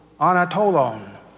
anatolon